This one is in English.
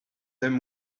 them